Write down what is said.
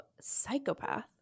psychopath